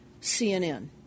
CNN